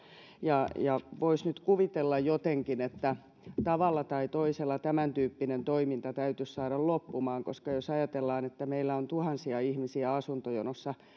voisi jotenkin kuvitella että tavalla tai toisella tämän tyyppinen toiminta täytyisi saada loppumaan koska jos ajatellaan että meillä on tuhansia ihmisiä asuntojonossa